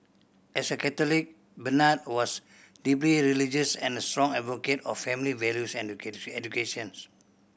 as a Catholic Bernard was deeply religious and a strong advocate of family values and educations